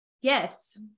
yes